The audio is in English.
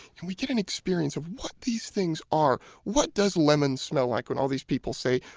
and we get an experience of what these things are. what does lemon smell like when all these people say,